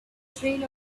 trail